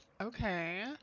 Okay